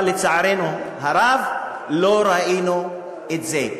אבל, לצערנו הרב, לא ראינו את זה.